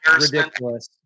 Ridiculous